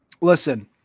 listen